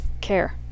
care